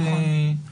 נכון.